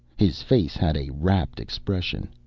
his face had a rapt expression.